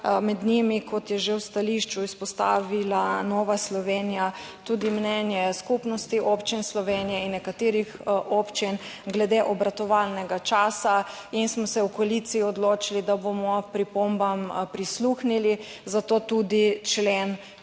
med njimi, kot je že v stališču izpostavila Nova Slovenija, tudi mnenje Skupnosti občin Slovenije in nekaterih občin glede obratovalnega časa in smo se v koaliciji odločili, da bomo pripombam prisluhnili, zato tudi člen